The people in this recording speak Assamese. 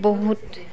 বহুত